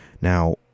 Now